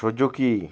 Suzuki